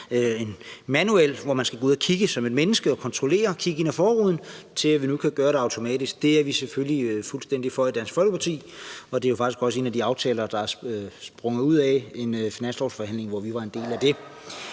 fra manuelt at gå ud og kontrollere og kigge ind ad forruden som et menneske og til, at vi nu kan gøre det automatisk. Det er vi selvfølgelig fuldstændig for i Dansk Folkeparti, og det er faktisk også en aftale, der er sprunget ud af en finanslovsforhandling, som vi var en del af.